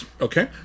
Okay